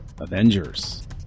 Avengers